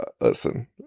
listen